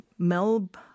Melb